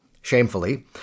shamefully